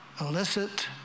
illicit